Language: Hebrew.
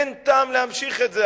אין טעם להמשיך את זה,